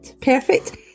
perfect